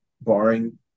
barring